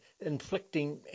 inflicting